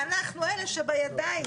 אנחנו אלה שבידיים,